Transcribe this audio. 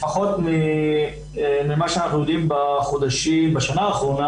לפחות ממה שאנחנו יודעים בשנה האחרונה,